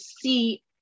see